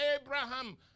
Abraham